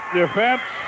defense